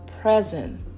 present